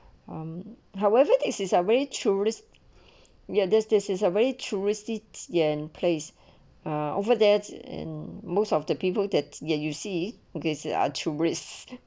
um however this is a very tourist ya this this is a very touristy yan place ah over there and most of the people that you see gizzard are touristy